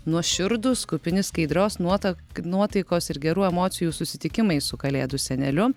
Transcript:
nuoširdūs kupini skaidrios nuota nuotaikos ir gerų emocijų susitikimai su kalėdų seneliu